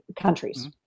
countries